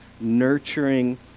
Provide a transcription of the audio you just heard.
nurturing